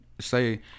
Say